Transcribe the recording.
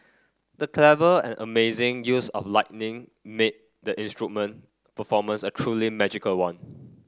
the clever and amazing use of lightning made the instrument performance a truly magical one